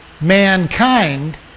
mankind